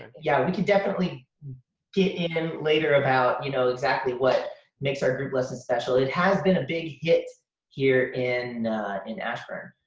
yeah we could definitely get in later about, you know exactly what makes our group lessons special. it has been a big hit here in in ashburn.